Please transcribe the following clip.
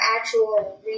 actual